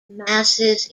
masses